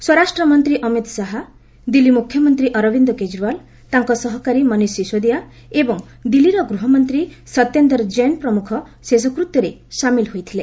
ସ୍ୱରାଷ୍ଟ୍ର ମନ୍ତ୍ରୀ ଅମିତ୍ ଶାହା ଦିଲ୍ଲୀ ମୁଖ୍ୟମନ୍ତ୍ରୀ ଅରବିନ୍ଦ କେଜରିଓ୍ୱାଲ୍ ତାଙ୍କ ସହକାରୀ ମନୀଶ ଶିସୋଦିଆ ଏବଂ ଦିଲ୍ଲୀର ଗୃହମନ୍ତ୍ରୀ ସତ୍ୟେନ୍ଦର ଜୈନ ପ୍ରମୁଖ ଶେଷକୃତ୍ୟରେ ସାମିଲ୍ ହୋଇଥିଲେ